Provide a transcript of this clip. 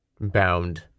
bound